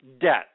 debt